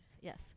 yes